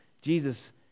Jesus